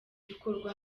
bikorwa